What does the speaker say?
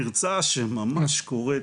אבל אני חושב שזה פרצה שממש קוראת.